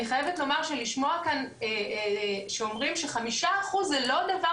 אני חייבת לומר שלשמוע כאן שאומרים ש-5% זה לא דבר